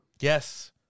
yes